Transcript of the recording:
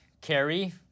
Carrie